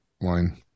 line